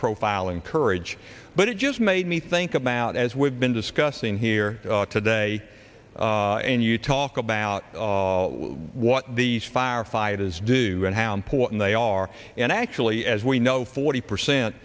profile in courage but it just made me think about as we've been discussing here today and you talk about what these firefighters do and how important they are and actually as we know forty percent